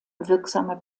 wirksamer